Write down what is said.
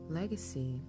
legacy